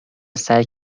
سعی